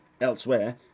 Elsewhere